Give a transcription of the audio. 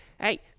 hey